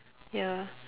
ya